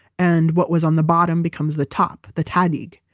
and what was on the bottom becomes the top, the tahdig.